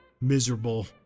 miserable